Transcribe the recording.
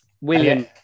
William